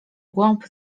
głąb